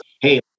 Hey